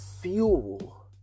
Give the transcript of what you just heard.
fuel